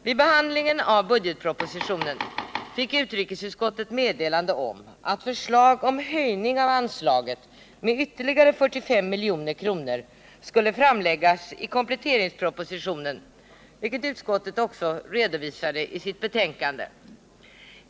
Vid behandlingen av budgetpropositioner fick utrikesutskottet meddelande om att förslag om höjning av anslaget med ytterligare 45 milj.kr. skulle framläggas i kompletteringspropositionen, vilket utskottet också redovisar i sitt betänkande.